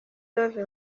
dove